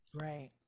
Right